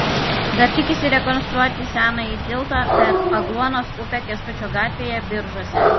dar tikisi rekonstruoti senąjį tiltą per agluonos upę kęstučio gatvėje biržuose